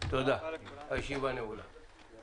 הישיבה ננעלה בשעה